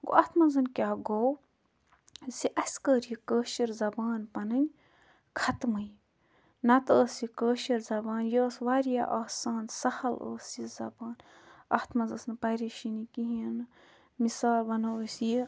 گوٚو اَتھ مَنٛز کیٛاہ گوٚو زِ اسہِ کٔر یہِ کٲشِر زَبان پَنٕنۍ خَتمٕے نَہ تہٕ ٲس یہِ کٲشِر زَبان یہِ ٲس واریاہ آسان سہل ٲس یہِ زَبان اَتھ منٛز ٲس نہٕ پَریشٲنی کِہیٖنۍ نہٕ مِثال وَنو أسۍ یہِ